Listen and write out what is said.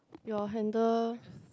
your handle